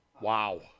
wow